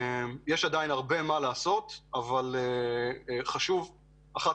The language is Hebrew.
יש עדיין הרבה מה לעשות אבל חשוב אחת